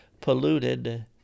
polluted